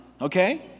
Okay